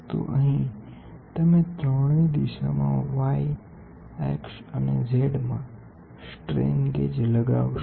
તેથી તમારી પાસે y દિશામાં અને z દિશામાંથી y x અને z થશે અહીં તમે ત્રણેય દિશા y x and z માં સ્ટ્રેન ગેજ લગાવશો